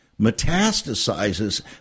metastasizes